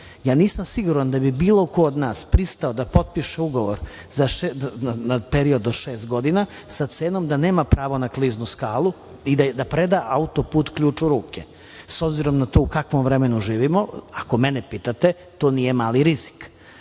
Nisam siguran da bi bilo ko od nas pristao da potpiše ugovor na period od čest godina sa cenom da nema pravo na kliznu skalu i da preda autoput ključ u ruke, obzirom na to u kakvom vremenu živimo, ako mene pitate, to nije mali